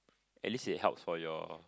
at least it helps for your